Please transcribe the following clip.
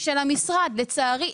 של המשרד לצערי.